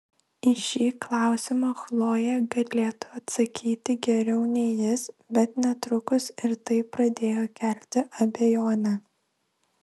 į šį klausimą chlojė galėtų atsakyti geriau nei jis bet netrukus ir tai pradėjo kelti abejonę